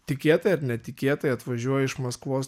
tikėtai ar netikėtai atvažiuoja iš maskvos